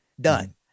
Done